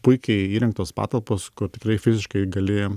puikiai įrengtos patalpos kur tikrai fiziškai gali